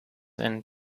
and